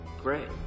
great